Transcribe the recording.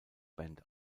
band